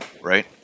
right